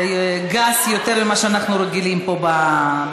גס יותר ממה שאנחנו רגילים פה במליאה.